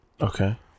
okay